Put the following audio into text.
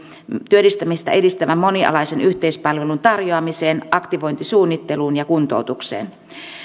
työllistymistä edistävän monialaisen yhteispalvelun tarjoamiseen aktivointisuunnitteluun ja kuntoutukseen